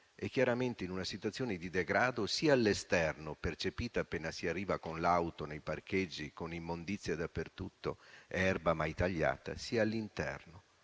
chiaramente di degrado sia all'esterno, percepita appena si arriva con l'auto nei parcheggi, con immondizia dappertutto ed erba mai tagliata, sia all'interno,